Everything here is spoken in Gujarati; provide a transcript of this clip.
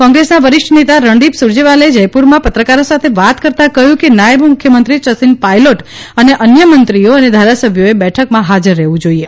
કોંગ્રેસના વરિષ્ઠ નેતા રણદીપ સુરજેવાલાએ જયપુરમાં પત્રકારો સાથે વાત કરતાં કહ્યું કે નાયબ મુખ્યમંત્રી સચિન પાયલોટ અને અન્ય મંત્રીઓ અને ધારાસભ્યોએ બેઠકમાં ફાજર રહેવું જોઈએ